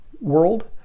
world